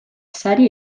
sari